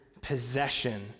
possession